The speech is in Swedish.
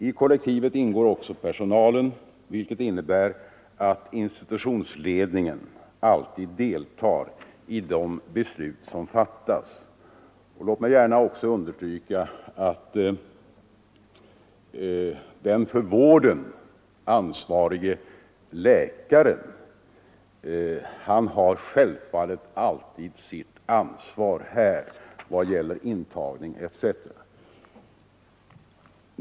I kollektivet ingår också personalen, vilket innebär att institutionsled ningen alltid deltar i de beslut som fattas. Låt mig också understryka att den för vården ansvarige läkaren självfallet alltid har sitt medicinska ansvar vad gäller intagning på sjukhus.